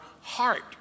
heart